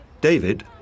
David